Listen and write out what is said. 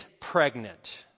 pregnant